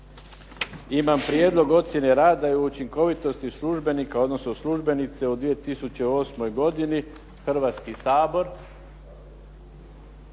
imam prijedlog ocjene rada i učinkovitosti službenika, odnosno službenice od 2008. godini, Hrvatski sabor.